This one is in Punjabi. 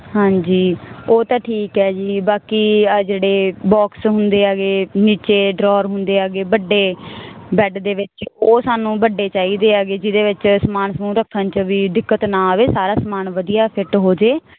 ਹਾਂਜੀ ਉਹ ਤਾਂ ਠੀਕ ਐ ਜੀ ਬਾਕੀ ਆ ਜਿਹੜੇ ਬੋਕਸ ਹੁੰਦੇ ਹੈਗੇ ਨੀਚੇ ਡਰੋਰ ਹੁੰਦੇ ਹੈਗੇ ਵੱਡੇ ਬੈੱਡ ਦੇ ਵਿੱਚ ਉਹ ਸਾਨੂੰ ਵੱਡੇ ਚਾਈਦੇ ਐਗੇ ਜਿਹਦੇ ਵਿੱਚ ਸਮਾਨ ਸਮੂਨ ਰੱਖਣ ਚ ਵੀ ਦਿੱਕਤ ਨਾ ਆਵੇ ਸਾਰਾ ਸਮਾਨ ਵਧੀਆ ਫਿੱਟ ਹੋ ਜੇ